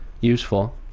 useful